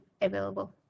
available